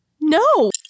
No